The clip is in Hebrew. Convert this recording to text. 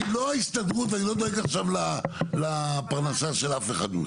לא ההסתדרות ,אני לא דואג עכשיו לפרנסה של אף אחד ממכם.